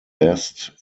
best